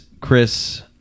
Chris